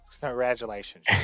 Congratulations